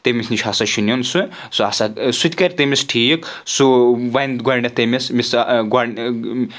تٔمِس نِش ہسا چھُ نیُن سُہ سُہ ہَسا سُہ تہِ کَرِ تٔمِس ٹھیٖک سُہ وۄنۍ گۄڈٕنیٚتھ تٔمِس گۄڈ